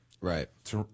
Right